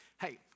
Hey